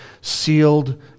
sealed